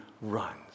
runs